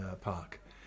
park